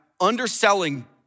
underselling